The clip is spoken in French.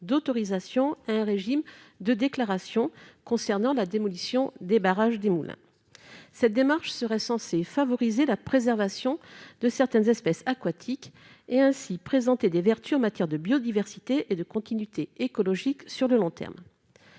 d'autorisation, un régime de déclaration concernant la démolition des barrages, des moules cette démarche serait censé favoriser la préservation de certaines espèces aquatiques et ainsi présenter des vertus en matière de biodiversité et de continuité écologique sur le long terme,